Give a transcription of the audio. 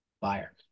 buyer